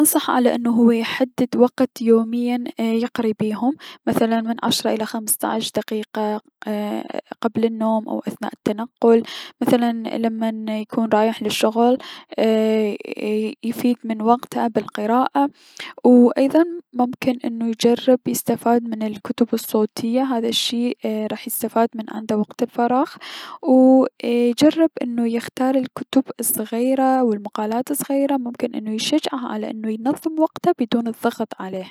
راح انصحه انو هو يحدد وقت يوميا انو يقري بيهم مثلا من عشرة الى خمستعش دقيقة اي- قبل النوم، او اثناء التنقل مثلا لمن يكوم رايح للشغل، ايي- يفيد من وقته بالقراءة و ايضا- ايي- ممكن يجرب يستفاد من الكتب الصوتية، هذا الشي راح اي- يستفاد من عنده وقت الفراغ، وو اي- و يجرب انو يختار الكتب الصغيرة و المقالات الصغيرة ممكن انو يشجعه على انو هو يتظم وقته دون الضغط عليه.